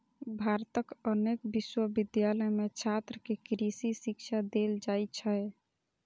भारतक अनेक विश्वविद्यालय मे छात्र कें कृषि शिक्षा देल जाइ छै